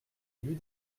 élus